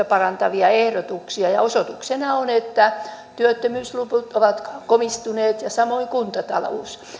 parantavia ehdotuksia ja osoituksena on että työttömyysluvut ovat komistuneet ja samoin kuntatalous